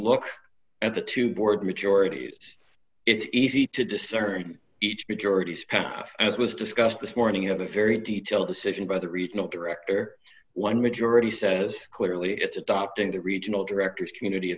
look at the two board majority it easy to discern each majority's as was discussed this morning at the very detail decision by the regional director one majority says clearly it's adopting the regional directors community